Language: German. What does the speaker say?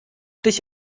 dich